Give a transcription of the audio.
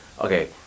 okay